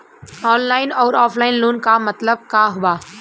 Online अउर offline loan क मतलब का बा?